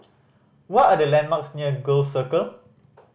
what are the landmarks near Gul Circle